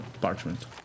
parchment